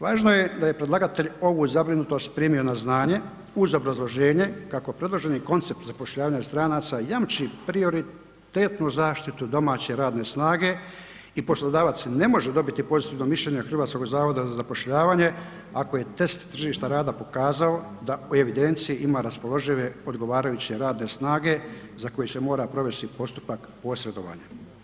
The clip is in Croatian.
Važno je da je predlagatelj ovu zabrinutost primio na znanje uz obrazloženje kako predloženi koncept zapošljavanja stranaca jamči prioritetnu zaštitu domaće radne snage i poslodavac ne može dobiti pozitivno mišljenje HZZ-a ako je test tržišta rada pokazao da u evidenciji ima raspoložive odgovarajuće radne snage za koju se mora provesti postupak posredovanja.